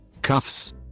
Cuffs